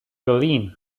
berlin